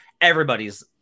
everybody's